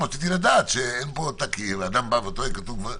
לדעת שאין פה את מה שהוא טוען.